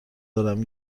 دارم